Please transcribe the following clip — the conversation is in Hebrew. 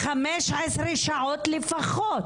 שצריך לציין בסעיף הזה 15 שעות לפחות.